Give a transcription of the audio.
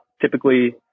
typically